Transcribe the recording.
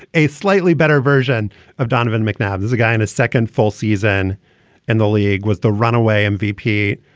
a slightly better version of donovan mcnabb. there's a guy in his second full season and the league was the runaway mvp.